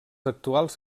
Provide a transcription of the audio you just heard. actuals